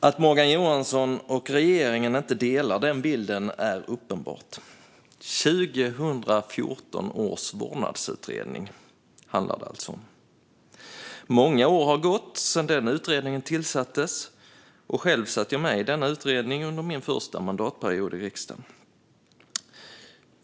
Att Morgan Johansson och regeringen inte delar den bilden är uppenbart. Det handlar alltså om 2014 års vårdnadsutredning. Många år har gått sedan den utredningen tillsattes, och jag satt själv med i den under min första mandatperiod i riksdagen.